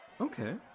Okay